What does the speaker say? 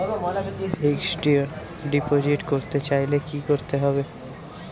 Fixed deposit করতে চাইলে কি করতে হবে?